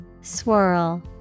Swirl